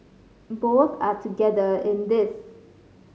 both are together in this